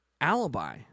alibi